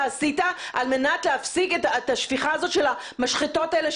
על מנת להפסיק את השפיכה הזאת של המשחטות האלה,